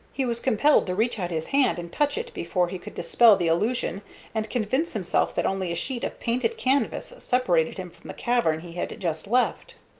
he was compelled to reach out his hand and touch it before he could dispel the illusion and convince himself that only a sheet of painted canvas separated him from the cavern he had just left.